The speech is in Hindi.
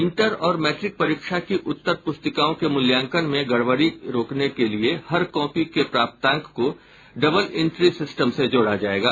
इंटर और मैट्रिक परीक्षा की उत्तर पुस्तिकाओं के मूल्यांकन में गड़बड़ी रोकने के लिये हर कॉपी के प्राप्तांक को डबल इंट्री सिस्टम से जोड़ा जायेगा